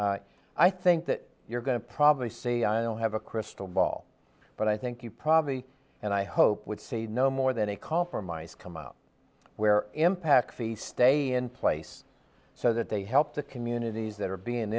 i think that you're going to probably see i don't have a crystal ball but i think you probably and i hope would say no more than a call from ice come out where impacts the stay in place so that they help the communities that are being